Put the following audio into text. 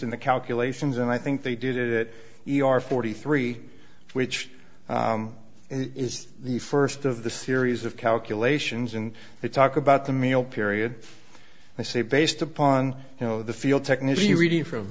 in the calculations and i think they did it you are forty three which is the first of the series of calculations and they talk about the meal period i say based upon you know the field technician you're reading from